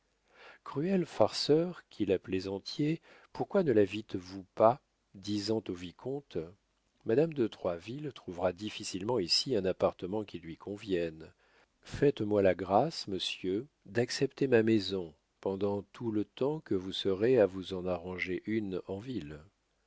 cruels farceurs qui la plaisantiez pourquoi ne la vîtes vous pas disant au vicomte madame de troisville trouvera difficilement ici un appartement qui lui convienne faites-moi la grâce monsieur d'accepter ma maison pendant tout le temps que vous serez à vous en arranger une en ville